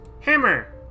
Hammer